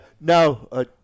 No